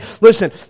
Listen